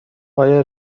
آیا